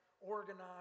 organize